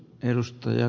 arvoisa puhemies